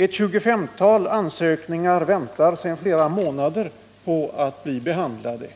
Ett 25-tal ansökningar väntar sedan flera månader på att bli behandlade.